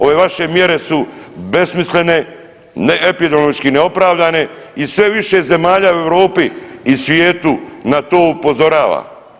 Ove vaše mjere su besmislene, ne, epidemiološki neopravdane i sve više zemalja u Europi i svijetu na to upozorava.